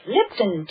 Lipton